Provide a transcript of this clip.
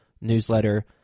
newsletter